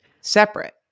separate